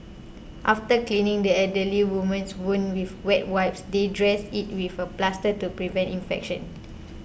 after cleaning the elderly woman's wound with wet wipes they dressed it with a plaster to prevent infection